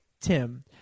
Tim—